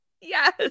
yes